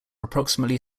approximately